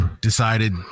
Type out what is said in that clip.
decided